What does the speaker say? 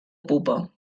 pupa